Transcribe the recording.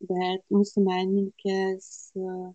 bet mūsų menininkės